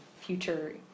future